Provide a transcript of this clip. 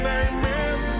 amen